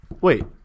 Wait